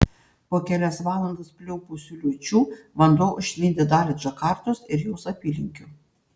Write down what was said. po kelias valandas pliaupusių liūčių vanduo užtvindė dalį džakartos ir jos apylinkių